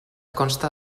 consta